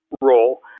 role